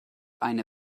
eine